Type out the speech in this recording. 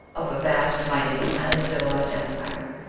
of a vast, mighty, and highly civilized empire,